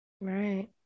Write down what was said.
Right